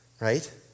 Right